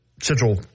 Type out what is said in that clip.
Central